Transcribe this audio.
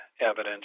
evidence